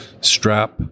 strap